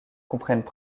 comprennent